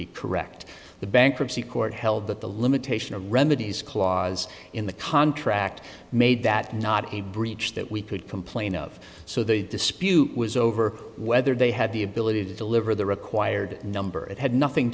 be correct the bankruptcy court held that the limitation of remedies clause in the contract made that not a breach that we could complain of so the dispute was over whether they had the ability to deliver the required number it had nothing